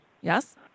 Yes